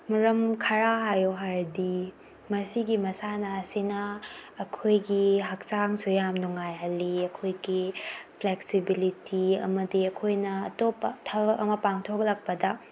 ꯃꯔꯝ ꯈꯔ ꯍꯥꯏꯌꯨ ꯍꯥꯏꯔꯗꯤ ꯃꯁꯤꯒꯤ ꯃꯁꯥꯟꯅ ꯑꯁꯤꯅ ꯑꯩꯈꯣꯏꯒꯤ ꯍꯛꯆꯥꯡꯁꯨ ꯌꯥꯝ ꯅꯨꯡꯉꯥꯏꯍꯜꯂꯤ ꯑꯩꯈꯣꯏꯒꯤ ꯐ꯭ꯂꯦꯛꯁꯤꯕꯤꯂꯤꯇꯤ ꯑꯃꯗꯤ ꯑꯩꯈꯣꯏꯅ ꯑꯇꯣꯞꯄ ꯊꯕꯛ ꯑꯃ ꯄꯥꯡꯊꯣꯛꯂꯛꯄꯗ